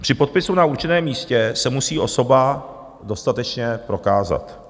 Při podpisu na určeném místě se musí osoba dostatečně prokázat.